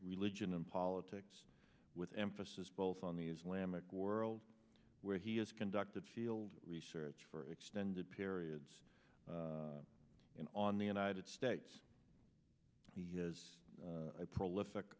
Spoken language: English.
religion and politics with emphasis both on the islamic world where he has conducted field research for extended periods in on the united states is a prolific